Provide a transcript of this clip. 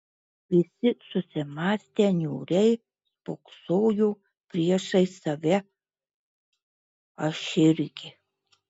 visi susimąstę niūriai spoksojo priešais save aš irgi